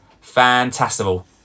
fantastical